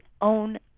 own